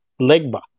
legba